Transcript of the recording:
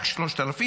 רק 3,000,